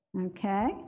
Okay